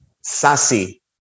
Sassy